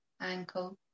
ankle